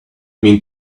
mean